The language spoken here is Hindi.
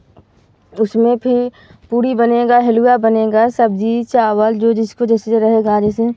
उसमें फिर पूड़ी बनेगा हलवा बनेगा सब्ज़ी चावल जो जिसको जैसे ज रहेगा जैसे